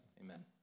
Amen